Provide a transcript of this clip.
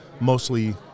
mostly